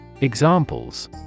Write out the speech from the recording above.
Examples